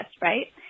right